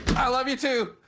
i love you too!